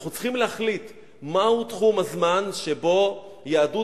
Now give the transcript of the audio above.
אנחנו צריכים להחליט מהו תחום הזמן שבו יהדות